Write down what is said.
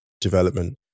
development